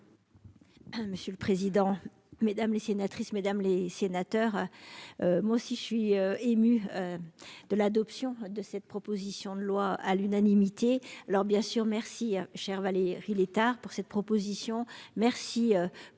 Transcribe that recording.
Monsieur le président, mesdames les sénatrice mesdames les sénateurs. Moi aussi je suis ému. De l'adoption de cette proposition de loi à l'unanimité. Alors, bien sûr. Merci cher Valérie Létard pour cette proposition. Merci pour